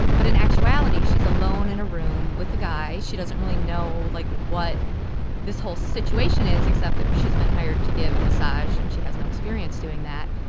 but in actuality, she's alone in a room with a guy she doesn't really know, like, what this whole situation is, except that she's been hired to give a massage and she has no experience doing that.